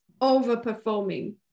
overperforming